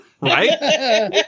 right